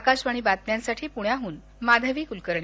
आकाशवाणी बातम्यांसाठी पुण्याहन माधवी कुलकर्णी